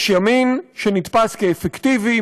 יש ימין שנתפס כאפקטיבי,